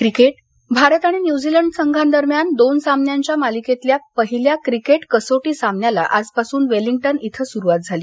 cricket Bharat आणि New Zealand संघादरम्यान दोन सामन्यांच्या मालिकेतील पहिल्या क्रिकेट कसोटी सामन्याला आजपासून वेलिंगटन इथं सुरुवात झाली